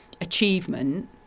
achievement